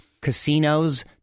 casinos